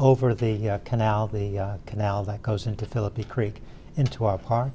over the canal the canal that goes into filippi creek into our park